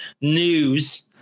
news